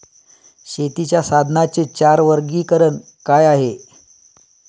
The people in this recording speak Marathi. शेतीच्या साधनांचे चार वर्गीकरण काय आहे?